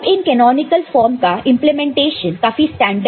अब इन canonical form का इंप्लीमेंटेशन काफी स्टैंडर्ड है